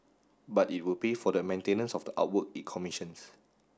but it will pay for the maintenance of the artwork it commissions